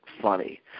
funny